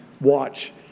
watch